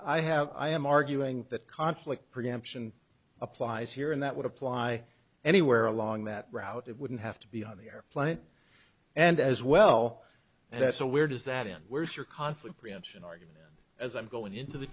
i have i am arguing that conflict preemption applies here and that would apply anywhere along that route it wouldn't have to be on the airplane and as well that's a weird is that in where's your conflict prevention argument as i'm going into the